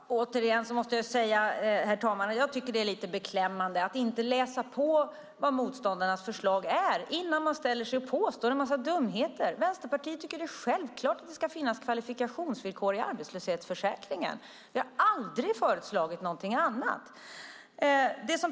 Herr talman! Återigen måste jag säga att det är lite beklämmande att inte läsa på vad motståndarnas förslag är innan man ställer sig och påstår en massa dumheter. Vänsterpartiet tycker att det är självklart att det ska finnas kvalifikationsvillkor i arbetslöshetsförsäkringen. Vi har aldrig föreslagit någonting annat.